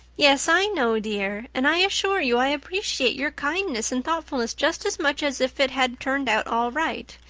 yes, i know, dear. and i assure you i appreciate your kindness and thoughtfulness just as much as if it had turned out all right.